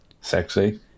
Sexy